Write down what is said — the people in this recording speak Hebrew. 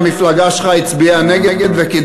המפלגה שלי הצביעה בעד ואתה לא זוכר,